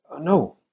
No